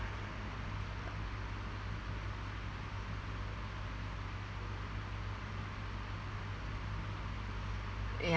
ya